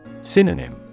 Synonym